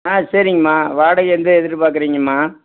ஆ சரிங்கம்மா வாடகை எந்த எதிர்பார்க்குறீங்கம்மா